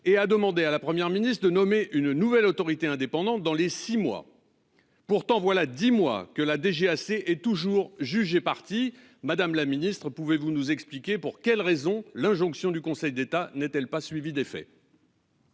et a demandé à la Première ministre de nommer une nouvelle autorité indépendante dans les 6 mois. Pourtant voilà 10 mois que la DGAC et toujours juge et partie. Madame la Ministre, pouvez-vous nous expliquer pour quelle raison l'injonction du Conseil d'État n'est-elle pas suivi d'effet.